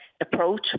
approach